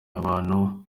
abantu